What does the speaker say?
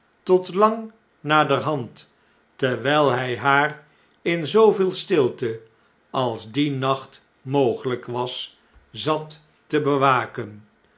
tot lang naderhand terwijl hij haar in zooveel stilte als dien nacht mogelijk was zat te bewaken